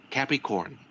Capricorn